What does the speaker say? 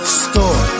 store